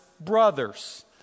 brothers